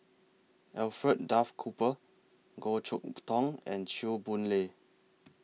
Alfred Duff Cooper Goh Chok Tong and Chew Boon Lay